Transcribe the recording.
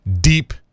deep